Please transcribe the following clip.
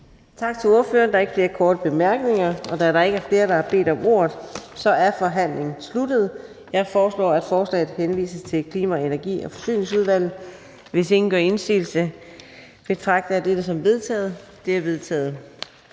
Tak til ordføreren. Der er ikke flere korte bemærkninger. Da der ikke er flere, der har bedt om ordet, er forhandlingen sluttet. Jeg foreslår, at beslutningsforslaget henvises til Klima-, Energi- og Forsyningsudvalget. Hvis ingen gør indsigelse, betragter jeg dette som vedtaget. Det er vedtaget.